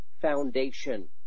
foundation